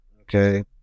okay